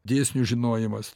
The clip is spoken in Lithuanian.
dėsnių žinojimas